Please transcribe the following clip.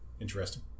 interesting